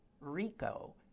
RICO